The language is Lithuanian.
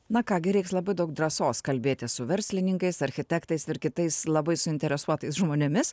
na ką gi reiks labai daug drąsos kalbėtis su verslininkais architektais ir kitais labai suinteresuotais žmonėmis